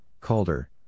Calder